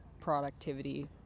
productivity